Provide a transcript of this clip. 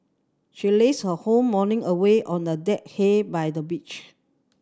she lazed her whole morning away on a deck by the beach